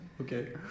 Okay